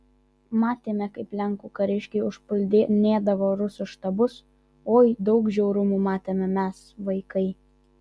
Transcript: matėme kaip lenkų kariškiai užpuldinėdavo rusų štabus oi daug žiaurumų matėme mes vaikai